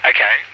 Okay